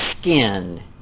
skin